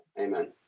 Amen